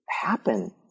happen